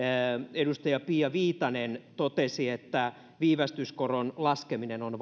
edustaja pia viitanen totesi että viivästyskoron laskeminen on